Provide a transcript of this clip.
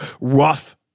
rough